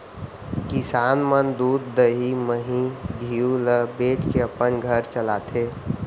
किसान मन दूद, दही, मही, घींव ल बेचके अपन घर चलाथें